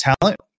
talent